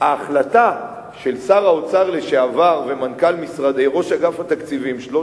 ההחלטה של שר האוצר לשעבר וראש אגף התקציבים שלו,